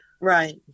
Right